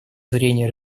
зрения